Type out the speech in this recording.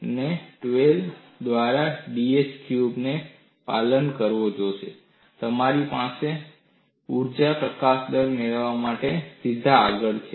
12 દ્વારા bh ક્યુબનું જે ક્ષણે તમે પાલન જાણો છો તે તમારા માટે straightર્જા પ્રકાશન દર મેળવવા માટે સીધા આગળ છે